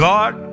God